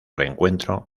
reencuentro